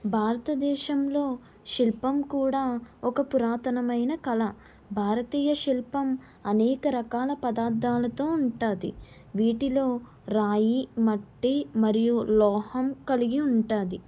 భారతదేశంలో శిల్పం కూడా ఒక పురాతనమైన కళ భారతీయ శిల్పం అనేక రకాల పదార్థాలతో ఉంటుంది వీటిలో రాయి మట్టి మరియు లోహం కలిగి ఉంటుంది